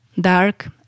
dark